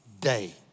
day